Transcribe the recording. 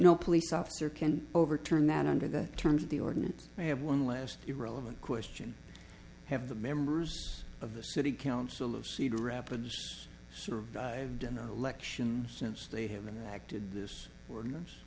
no police officer can overturn that under the terms of the ordinance i have one last irrelevant question have the members of the city council of cedar rapids survived an election since they have enacted this ordinance